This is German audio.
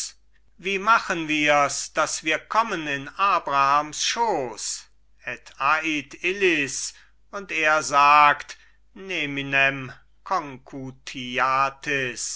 wie machen wirs daß wir kommen in abrahams schoß et ait illis und er sagt